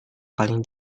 paling